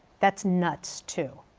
that's nuts too.